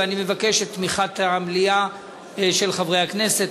ואני מבקש את תמיכת המליאה של הכנסת.